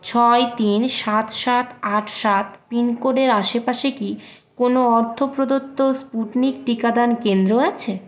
ছয় তিন সাত সাত আট সাত পিন কোডের আশেপাশে কি কোনও অর্থপ্রদত্ত স্পুটনিক টিকাদান কেন্দ্র আছে